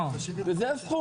וזה הסכום.